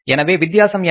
எனவே வித்தியாசம் என்ன